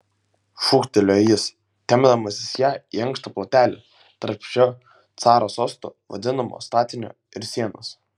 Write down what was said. šūktelėjo jis tempdamasis ją į ankštą plotelį tarp šio caro sostu vadinamo statinio ir sienos